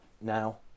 now